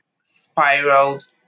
spiraled